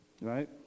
right